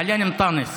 ההצעה להעביר את הנושא